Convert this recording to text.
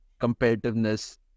competitiveness